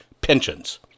pensions